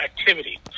activity